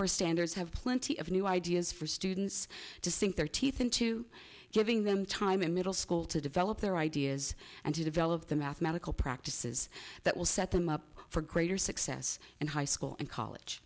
core standards have plenty of new ideas for students to sink their teeth into giving them time in middle school to develop their ideas and to develop the mathematical practices that will set them up for greater success in high school and college